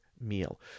meal